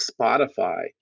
Spotify